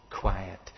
quiet